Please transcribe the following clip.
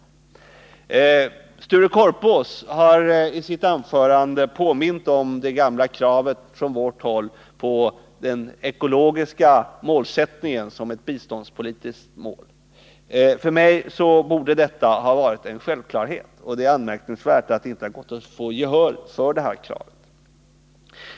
Sture Korpås påminde i sitt anförande om det gamla kravet från centerpartistiskt håll på att den ekologiska målsättningen skall ingå i det biståndspolitiska målet. För mig är detta en självklarhet, och det är anmärkningsvärt att det inte har gått att få gehör för detta krav.